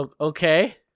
Okay